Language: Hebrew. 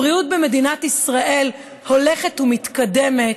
הבריאות במדינת ישראל הולכת ומתקדמת.